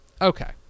Okay